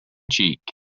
cheek